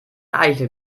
eichel